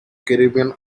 caribbean